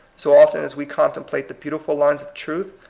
so often as we contemplate the beautiful lines of truth,